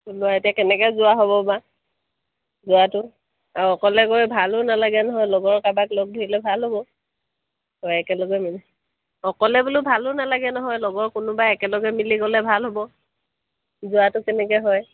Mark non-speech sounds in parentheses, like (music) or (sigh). (unintelligible) এতিয়া কেনেকৈ যোৱা হ'ব বা যোৱাটো অঁ অকলে গৈ ভালো নালাগে নহয় লগৰ কাৰোবাক লগ ধৰিলে ভাল হ'ব আৰু একেলগে মিলি অকলে বোলো ভালো নালাগে নহয় লগৰ কোনোবা একেলগে মিলি গ'লে ভাল হ'ব যোৱাটো কেনেকৈ হয়